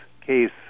case